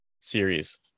series